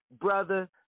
brother